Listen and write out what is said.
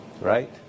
Right